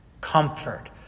Comfort